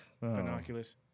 Binoculars